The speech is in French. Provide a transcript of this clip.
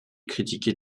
critiquée